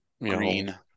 green